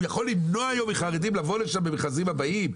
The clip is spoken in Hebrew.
הוא יכול למנוע היום מחרדים לבוא לשם במכרזים הבאים?